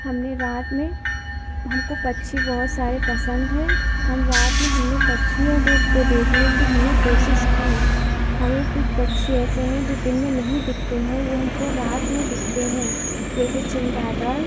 हमने रात में हमको पक्षी बहुत सारे पसन्द हैं हम रात में हमने पक्षियों जो को देखने की हमने कोशिश की हमें कुछ पक्षी ऐसे हैं जो दिन में नहीं दिखते हैं वह हमको रात में दिखते हैं जैसे चमगादड़